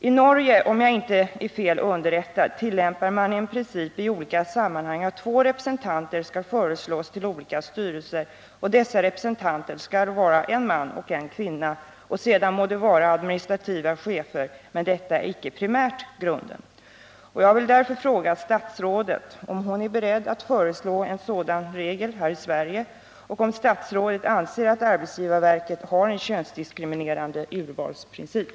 I Norge tillämpar man, om jag inte är fel underrättad, i olika sammanhang en princip att två representanter skall föreslås till olika styrelser, och dessa representanter skall vara en man och en kvinna — sedan må de vara administrativa chefer, men detta är icke primärt grunden. Jag vill därför fråga statsrådet om hon är beredd att föreslå en sådan regel här i Sverige och om statsrådet anser att arbetsgivarverket har en könsdiskriminerande urvalsprincip.